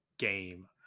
game